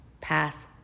pass